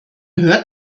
hört